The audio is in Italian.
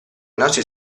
nostri